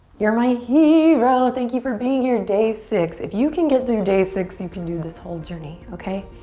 you're my hero. thank you for being here, day six. if you can get through day six you can do this whole journey. okay?